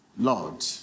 Lord